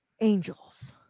Angels